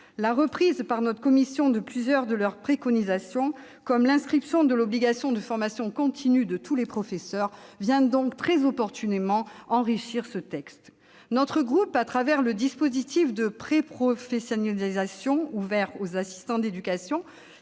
La reprise, par notre commission, de plusieurs de leurs préconisations, comme l'inscription de l'obligation de formation continue de tous les professeurs, vient donc très opportunément enrichir ce texte. Notre groupe, au travers du dispositif de préprofessionnalisation ouvert aux assistants d'éducation,